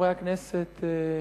חברי הכנסת,